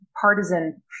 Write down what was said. partisan